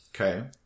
Okay